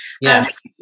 Yes